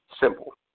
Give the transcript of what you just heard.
Simple